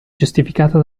giustificata